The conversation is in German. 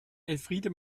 elfriede